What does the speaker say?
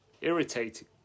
irritating